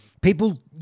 people